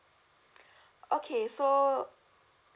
okay so